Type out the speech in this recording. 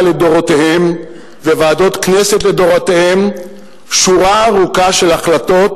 לדורותיהן וועדות כנסת לדורותיהן שורה ארוכה של החלטות,